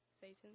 Satan